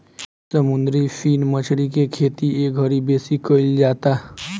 समुंदरी फिन मछरी के खेती एघड़ी बेसी कईल जाता